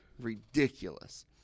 ridiculous